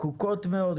פקוקות מאוד,